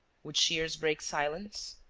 would shears break silence?